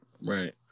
Right